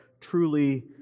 truly